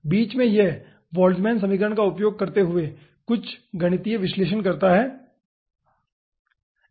बीच में यह बोल्ट्जमैन समीकरण का उपयोग करते हुए कुछ गणितीय विश्लेषण करता है